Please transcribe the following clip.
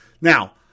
Now